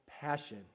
passion